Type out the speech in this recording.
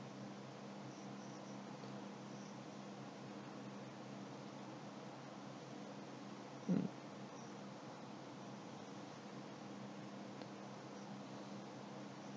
mm